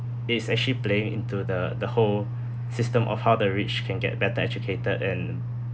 it's actually playing into the the whole system of how the rich can get better educated and